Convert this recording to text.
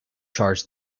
charge